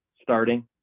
starting